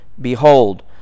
Behold